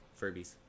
Furbies